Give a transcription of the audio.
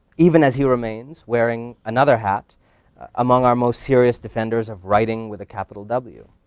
even as he remains wearing another hat among our most serious defenders of writing with a capital w.